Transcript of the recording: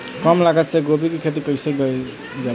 कम लागत मे गोभी की खेती कइसे कइल जाला?